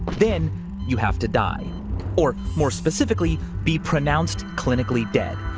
then you have to die or more specifically be pronounced clinically dead.